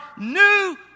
new